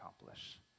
accomplish